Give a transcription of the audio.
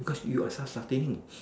because you are self sustaining